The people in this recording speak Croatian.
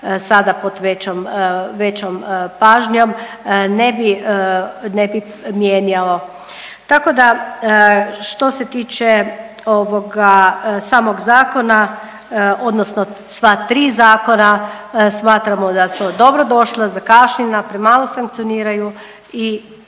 sada pod većom pažnjom ne bi mijenjao. Tako da, što se tiče samog zakona odnosno sva tri zakona smatramo da su dobro došla, zakašnjena, premalo sankcioniraju i